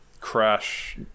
crash